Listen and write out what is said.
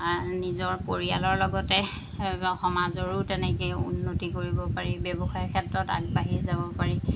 নিজৰ পৰিয়ালৰ লগতে সমাজৰো তেনেকৈ উন্নতি কৰিব পাৰি ব্যৱসায় ক্ষেত্ৰত আগবাঢ়ি যাব পাৰি